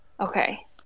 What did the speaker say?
Okay